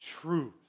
truth